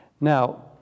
Now